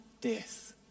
death